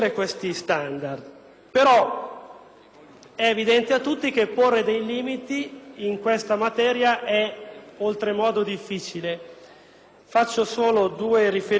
è evidente a tutti che porre limiti in questa materia è oltremodo difficile. Faccio solo due riferimenti a due questioni specifiche.